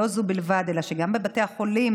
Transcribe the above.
לא זו בלבד אלא שגם בבתי החולים